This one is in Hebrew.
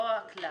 לא הכלל.